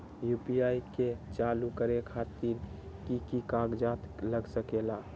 UPI के चालु करे खातीर कि की कागज़ात लग सकेला?